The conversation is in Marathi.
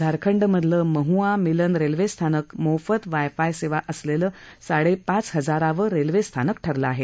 झारखंडमधलं महुआमिलन रेल्वे स्थानक मोफत वायफाय सेवा असलेलं साडेपाच हजारावं रेल्वे स्थानक ठरलं आहे